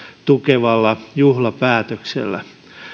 tukevalla juhlapäätöksellä